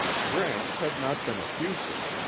gramps had not been effusive,